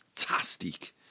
Fantastic